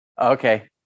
Okay